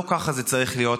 לא ככה זה צריך להיות.